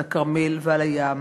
על הכרמל ועל הים,